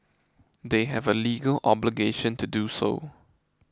they have a legal obligation to do so